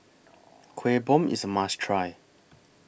Kueh Bom IS A must Try